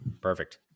Perfect